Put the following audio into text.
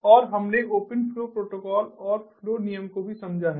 और हमने open flow protocol और फ्लो नियम को भी समझा है